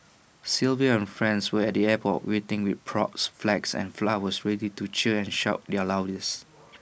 Sylvia and friends were at the airport waiting with props flags and flowers ready to cheer and shout their loudest